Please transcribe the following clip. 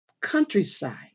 Countryside